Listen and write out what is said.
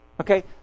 Okay